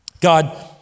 God